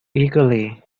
eagerly